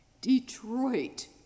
Detroit